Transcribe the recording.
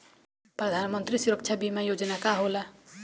प्रधानमंत्री सुरक्षा बीमा योजना का होला?